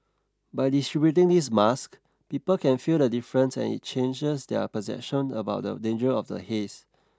by distributing these masks people can feel the difference and it changes their perception about the danger of the haze